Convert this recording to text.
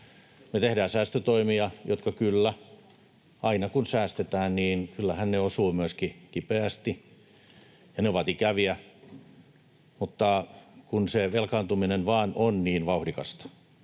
Me tehdään säästötoimia, ja aina kun säästetään, niin kyllähän se osuu myöskin kipeästi ja ne ovat ikäviä, mutta kun se velkaantuminen vaan on niin vauhdikasta